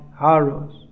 Haros